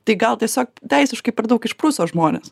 tai gal tiesiog teisiškai per daug išpruso žmonės